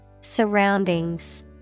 Surroundings